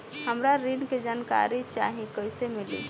हमरा ऋण के जानकारी चाही कइसे मिली?